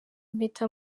impeta